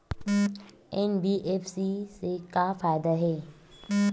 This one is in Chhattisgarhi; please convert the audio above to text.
एन.बी.एफ.सी से का फ़ायदा हे?